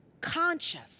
conscious